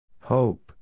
Hope